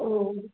ஓ